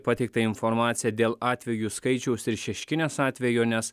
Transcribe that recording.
pateiktą informaciją dėl atvejų skaičiaus ir šeškinės atvejo nes